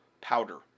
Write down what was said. powder